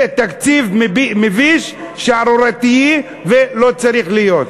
זה תקציב מביש, שערורייתי, ולא צריך להיות.